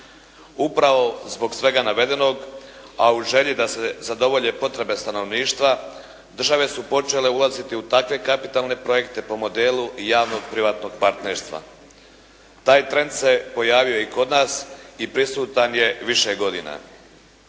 Upravo zbog svega navedenog, a u želji da se zadovolje potrebe stanovništva, države su počele ulaziti u takve kapitalne projekte po modelu javno-privatnog partnerstva. Taj trend se pojavio i kod nas i prisutan je više godina.